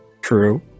True